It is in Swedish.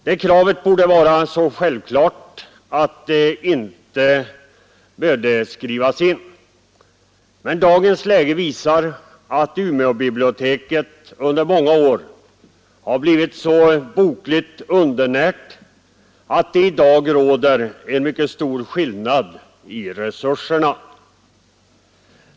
Det kravet borde vara så självklart att det inte behövde skrivas in. Men dagens läge visar att Umeåbiblioteket under många år har blivit så bokligt undernärt att det i dag råder en mycket stor skillnad i resurserna.